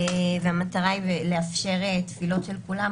והמטרה היא לאפשר תפילות של כולם,